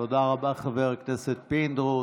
תודה רבה, חבר הכנסת פינדרוס.